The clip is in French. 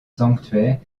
sanctuaire